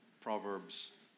Proverbs